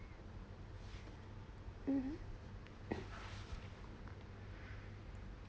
mm